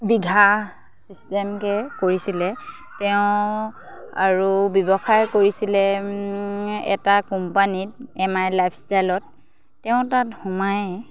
বিঘা চিষ্টেমকৈ কৰিছিলে তেওঁ আৰু ব্যৱসায় কৰিছিলে এটা কোম্পানীত এম আই লাইফষ্টাইলত তেওঁ তাত সোমায়ে